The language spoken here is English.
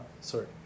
sorry